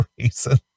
reason